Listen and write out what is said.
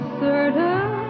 certain